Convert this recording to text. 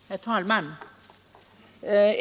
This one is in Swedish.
Herr talman!